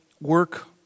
work